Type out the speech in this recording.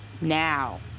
now